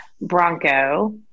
Bronco